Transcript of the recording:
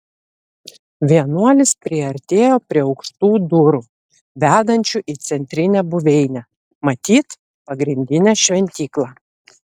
vienuolis priartėjo prie aukštų durų vedančių į centrinę buveinę matyt pagrindinę šventyklą